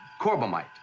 corbomite